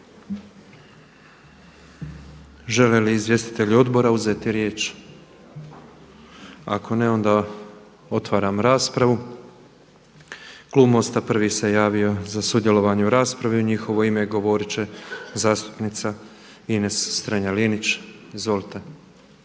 Žele li izvjestitelji Odbora uzeti riječ? Ako ne, onda otvaram raspravu. Klub MOST-a prvi se javio za sudjelovanje u raspravi. U njihovo ime govorit će zastupnica Ines Strenja-Linić, izvolite.